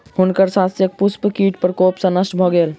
हुनकर शस्यक पुष्प कीट प्रकोप सॅ नष्ट भ गेल